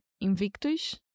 invictus